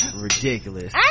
ridiculous